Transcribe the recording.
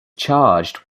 charged